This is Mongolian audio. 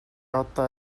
одоо